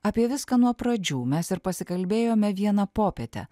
apie viską nuo pradžių mes ir pasikalbėjome vieną popietę